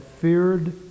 feared